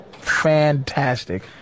fantastic